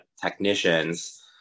technicians